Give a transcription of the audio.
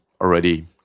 already